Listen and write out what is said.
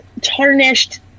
tarnished